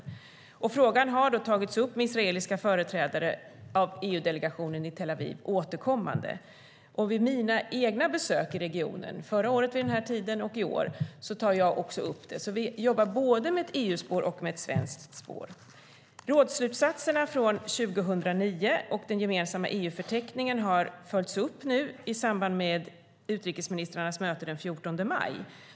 Frågan har återkommande tagits upp med israeliska företrädare av EU-delegationen i Tel Aviv. Vid mina egna besök i regionen, förra året vid den här tiden och i år, tar jag också upp det. Vi jobbar både med ett EU-spår och med ett svenskt spår. Rådsslutsatserna från 2009 och den gemensamma EU-förteckningen har nu följts upp i samband med utrikesministrarnas möte den 14 maj.